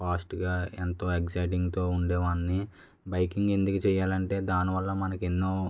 ఫాస్ట్గా ఎక్సైటింగ్తో ఉండేవాన్ని బైకింగ్ ఎందుకు చేయాలంటే దాని వల్ల మనకు ఎన్నో